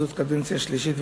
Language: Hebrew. זאת הקדנציה השלישית,